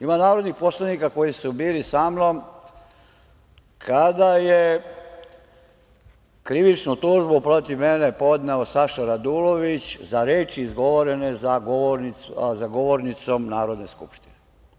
Ima narodnih poslanika koji su bili sa mnom kada je krivičnu tužbu protiv mene podneo Saša Radulović za reči izgovorene za govornicom Narodne skupštine.